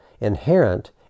inherent